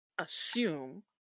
Assume